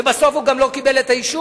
ובסוף הוא גם לא קיבל את האישור,